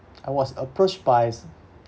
I was approached by